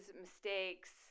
mistakes